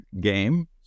game